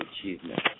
achievement